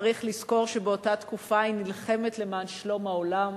צריך לזכור שבאותה תקופה היא נלחמת למען שלום העולם,